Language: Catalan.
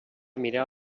mirar